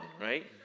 right